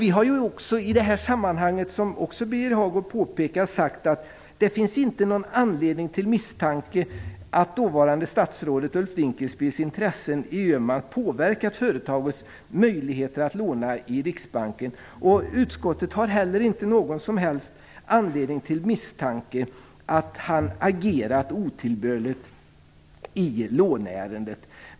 Vi har också i detta sammanhang sagt, som Birger Hagård påpekat, att det inte finns någon anledning till misstanke att dåvarande statsrådet Ulf Dinkelspiels intressen i Öhmans påverkat företagets möjligheter att låna i Riksbanken. Utskottet har heller inte någon som helst anledning till misstanke att han agerat otillbörligt i låneärendet.